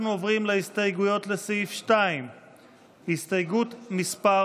אנחנו עוברים להסתייגויות לסעיף 2. הסתייגות מס'